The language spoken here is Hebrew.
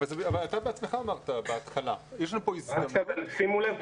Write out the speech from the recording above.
אתה בעצמך אמרת בהתחלה שיש לנו כאן הזדמנות.